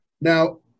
Now